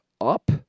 up